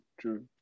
true